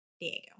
Diego